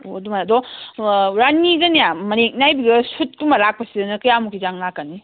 ꯑꯣ ꯑꯗꯨꯃꯥꯏꯅ ꯑꯗꯣ ꯔꯥꯅꯤꯗꯅꯦ ꯃꯌꯦꯛ ꯅꯥꯏꯕꯤꯒ ꯁꯨꯠꯀꯨꯝꯕ ꯂꯥꯛꯄꯁꯤꯗꯅ ꯀꯌꯥꯃꯨꯛꯀꯤ ꯆꯥꯡ ꯂꯥꯛꯀꯅꯤ